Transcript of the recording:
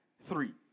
Three